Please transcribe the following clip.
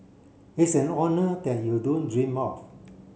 it's an honour that you don't dream of